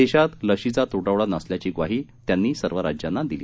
देशात लशीचा तुटवडा नसल्याची ग्वाही त्यांनी सर्व राज्यांना दिली